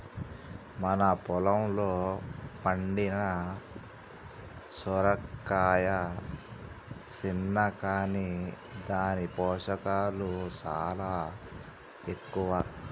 మన పొలంలో పండిన సొరకాయ సిన్న కాని దాని పోషకాలు సాలా ఎక్కువ